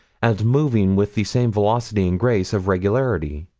and moving with the same velocity and grace of regularity.